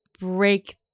break